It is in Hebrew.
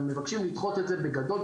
הם מבקשים לדחות את זה בגדול,